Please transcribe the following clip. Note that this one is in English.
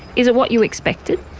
is it what you expected?